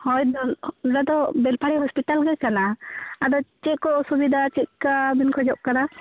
ᱦᱳᱭ ᱫᱚ ᱱᱚᱸᱰᱮ ᱫᱚ ᱵᱮᱞᱯᱟᱦᱟᱲᱤ ᱦᱳᱥᱯᱤᱴᱟᱞ ᱜᱮ ᱠᱟᱱᱟ ᱟᱫᱚ ᱪᱮᱫ ᱠᱚ ᱚᱥᱩᱵᱤᱫᱟ ᱪᱮᱫᱠᱟ ᱵᱮᱱ ᱠᱷᱚᱡᱚᱜ ᱠᱟᱱᱟ